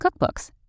cookbooks